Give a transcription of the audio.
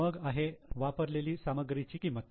मग आहे वापरलेली सामग्रीची किंमत